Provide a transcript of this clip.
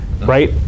right